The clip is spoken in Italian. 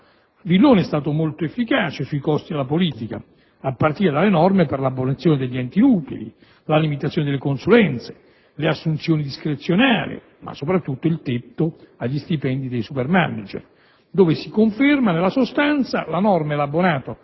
Villone è stato molto efficace parlando dei costi della politica, a partire dalle norme per l'abolizione degli enti inutili, la limitazione delle consulenze, le assunzioni discrezionali ma soprattutto il tetto agli stipendi dei *supermanager*, dove si conferma, nella sostanza, la norma elaborata